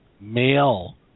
male